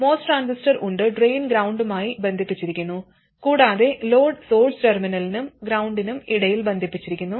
MOS transistor ഉണ്ട് drain ഗ്രൌണ്ടുമായി ബന്ധിപ്പിച്ചിരിക്കുന്നു കൂടാതെ ലോഡ് സോഴ്സ് ടെർമിനലിനും ഗ്രൌണ്ടിനും ഇടയിൽ ബന്ധിപ്പിച്ചിരിക്കുന്നു